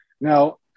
Now